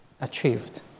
achieved